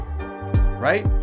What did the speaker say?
right